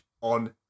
on